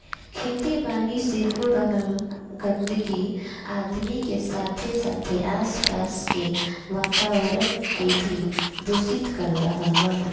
खेती बारी से हो रहल गंदगी आदमी के साथे साथे आस पास के वातावरण के भी दूषित कर रहल बा